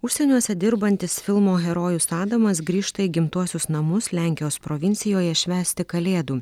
užsieniuose dirbantis filmo herojus adamas grįžta į gimtuosius namus lenkijos provincijoje švęsti kalėdų